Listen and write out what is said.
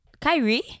Kyrie